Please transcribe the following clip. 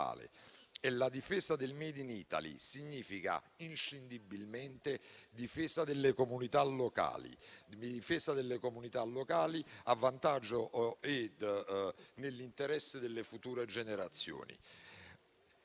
Difesa del *made in Italy* significa inscindibilmente difesa delle comunità locali, a vantaggio e nell'interesse delle future generazioni.